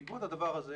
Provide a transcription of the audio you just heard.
בעקבות הדבר הזה